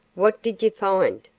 what did you find?